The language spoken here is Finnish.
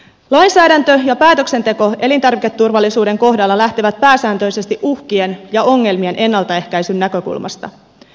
lainsäädäntö ja päätöksenteko elintarviketurvallisuuden kohdalla lähtevät pääsääntöisesti uhkien ja ongelmien ennaltaehkäisyn näkökulmasta